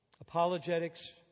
Apologetics